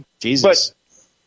Jesus